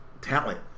talent